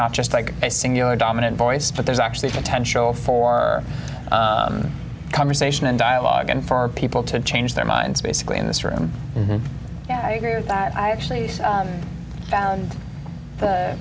not just like a singular dominant voice but there's actually potential for conversation and dialogue and for people to change their minds basically in this room and yeah i agree with that i actually found